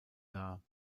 dar